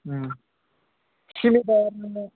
सिमेन्टआ माने